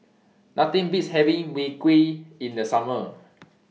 Nothing Beats having Mui Kee in The Summer